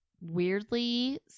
Weirdly